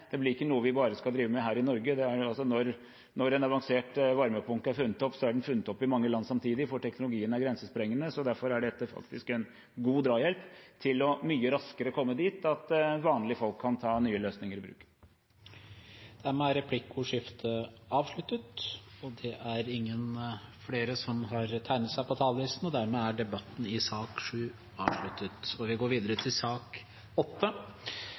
Det blir ikke noe vi bare skal drive med her i Norge. Når en avansert varmepumpe er funnet opp, er den funnet opp i mange land samtidig, for teknologien er grensesprengende. Derfor er dette faktisk en god drahjelp til mye raskere å komme dit at vanlige folk kan ta nye løsninger i bruk. Replikkordskiftet er avsluttet. Flere har ikke bedt om ordet til sak nr. 7. Etter ønske fra energi- og miljøkomiteen vil presidenten ordne debatten slik: 3 minutter til hver partigruppe og 3 minutter til medlemmer av regjeringen. Videre